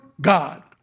God